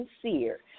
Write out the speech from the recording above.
sincere